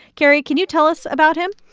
carrie, can you tell us about him?